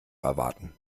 erwarten